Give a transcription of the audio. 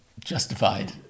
Justified